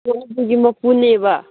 ꯃꯄꯨꯅꯦꯕ